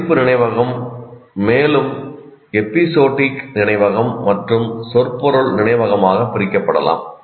அறிவிப்பு நினைவகம் மேலும் எபிசோடிக் நினைவகம் மற்றும் சொற்பொருள் நினைவகமாக பிரிக்கப்படலாம்